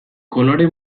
kolore